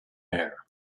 air